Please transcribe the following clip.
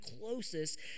closest